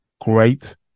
great